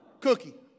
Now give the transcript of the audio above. Cookie